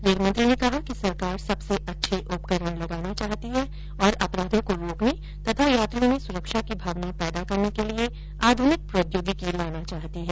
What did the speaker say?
rail मंत्री ने कहा कि सरकार सबसे अच्छे उपकरण लगाना चाहती है और अपराधों को रोकने तथा यात्रियों में सुरक्षा की भावना पैदा करने के लिए आधनिक प्रौद्योगिकी लाना चाहती है